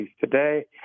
today